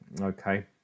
okay